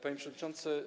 Panie Przewodniczący!